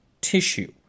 tissue